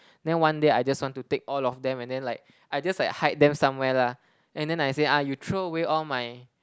then one day I just want to take all of them and then like I just like hide them somewhere lah and then I say ah you throw away all my